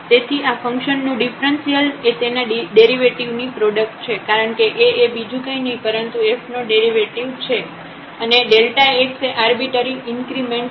તેથી આ ફંકશન નું ડિફ્રન્સિઅલ એ તેના ડેરિવેટિવ ની પ્રોડક્ટ છે કારણકે A એ બીજું કંઈ નહીં પરંતુ f નો ડેરિવેટિવ છે અને xએ આર્બિટરી ઇન્ક્રીમેન્ટ છે